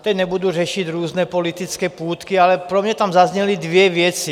Teď nebudu řešit různé politické půtky, ale pro mě tam zazněly dvě věci.